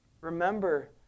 remember